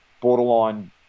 Borderline